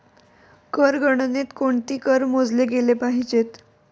कर गणनेत कोणते कर मोजले गेले पाहिजेत?